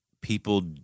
People